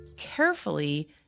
carefully